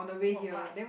walk past